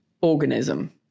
organism